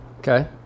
Okay